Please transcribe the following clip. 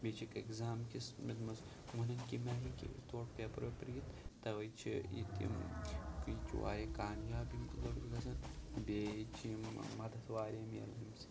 بیٚیہِ چھِکھ اٮ۪کزامکِس منٛز وَنان کَمہِ آیہِ ہیٚکہِ تور پیپَر ویپَر یِتھ تَوَے چھِ ییٚتہِ یِم گوٚو یہِ چھِ واریاہ کامیاب ییٚمکہٕ لٔڑکہٕ گَژھان بیٚیہِ چھِ یِم مَدت واریاہ میلان اَمہِ سۭتۍ